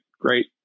great